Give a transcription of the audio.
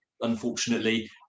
unfortunately